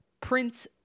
Prince